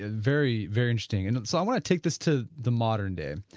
ah very, very interesting. and so, i'm going to take this to the modern day,